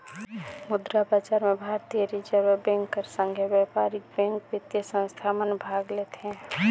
मुद्रा बजार में भारतीय रिजर्व बेंक कर संघे बयपारिक बेंक, बित्तीय संस्था मन भाग लेथें